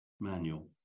manual